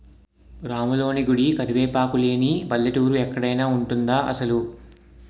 రాములోని గుడి, కరివేపాకు సెట్టు లేని పల్లెటూరు ఎక్కడైన ఉంటదా అసలు?